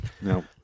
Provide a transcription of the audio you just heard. no